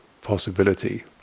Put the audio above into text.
possibility